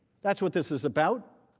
that's what this is about.